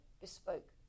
bespoke